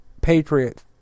patriot